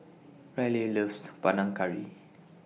Ryleigh loves Panang Curry